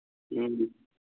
ꯎꯝ